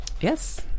Yes